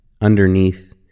underneath